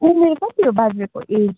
उमेर कति हो बाजेको एज